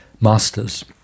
masters